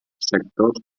sectors